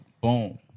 Boom